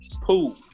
pool